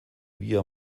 via